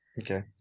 Okay